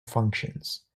functions